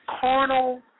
carnal